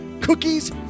Cookies